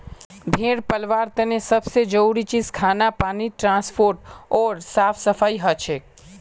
भेड़ पलवार तने सब से जरूरी चीज खाना पानी ट्रांसपोर्ट ओर साफ सफाई हछेक